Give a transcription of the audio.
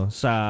sa